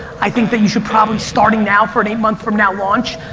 i think that you should probably, starting now for an eight month from now launch,